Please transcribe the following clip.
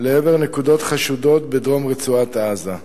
לעבר נקודות חשודות בדרום רצועת-עזה.